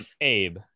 Abe